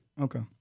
Okay